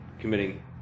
committing